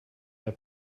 der